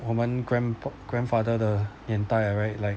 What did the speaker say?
我们 grand grandfather 的年代 right like